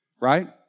Right